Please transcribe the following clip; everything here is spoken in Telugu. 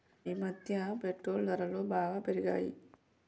ఈమధ్య పెట్రోల్ ధరలు బాగా పెరిగాయి